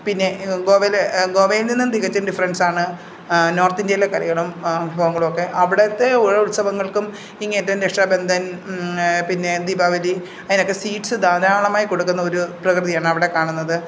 പിന്നെ ഗോവയിൽ ഗോവയിൽ നിന്നും തികച്ചും ഡിഫ്രൻസാണ് നോർത്ത് ഇന്ത്യയിലെ കറികളും വിഭവങ്ങളുമൊക്കെ അവിടുത്തെ ഓരോ ഉത്സവങ്ങൾക്കും ഇങ്ങനത്തെ രക്ഷാബന്ധൻ പിന്നെ ദീപാവലി അതിനൊക്കെ സ്വീറ്റ്സ് ധാരാളമായി കൊടുക്കുന്ന ഒരു പ്രകൃതിയാണ് അവിടെ കാണുന്നത്